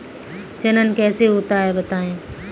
जनन कैसे होता है बताएँ?